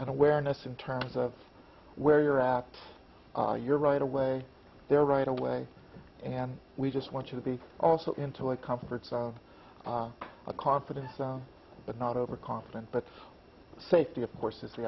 an awareness in terms of where you're at you're right away there right away and we just want you to be also into a comfort zone a confident but not overconfident but safety of course i